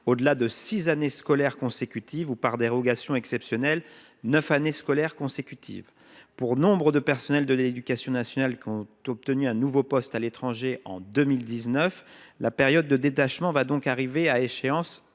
au delà de six années scolaires consécutives – cette durée peut, par dérogation exceptionnelle, être allongée à neuf années scolaires consécutives. Pour nombre de fonctionnaires de l’éducation nationale qui ont obtenu un nouveau poste à l’étranger en 2019, la période de détachement va donc arriver à terme